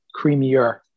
creamier